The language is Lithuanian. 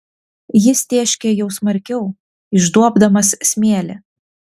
jis tėškė jau smarkiau išduobdamas smėlį